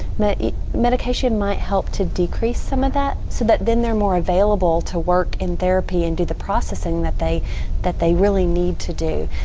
medication might help to decrease some of that so that then they're more available to work in therapy and do the processing that they that they really need to do.